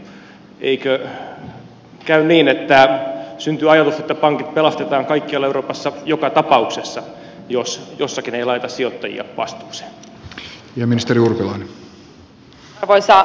eikö käy niin että syntyy ajatus että pankit pelastetaan kaikkialla euroopassa joka tapauksessa jos jossakin ei laiteta sijoittajia vastuuseen